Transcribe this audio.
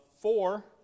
four